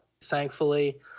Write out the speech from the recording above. Thankfully